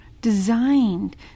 designed